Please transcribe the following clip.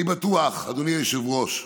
אני בטוח, אדוני היושב-ראש,